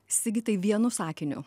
sigitai vienu sakiniu